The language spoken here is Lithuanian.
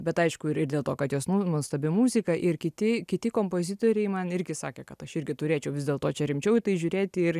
bet aišku ir ir dėl to kad jos nuo nuostabi muzika ir kiti kiti kompozitoriai man irgi sakė kad aš irgi turėčiau vis dėlto čia rimčiau į tai žiūrėti ir